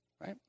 right